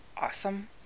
awesome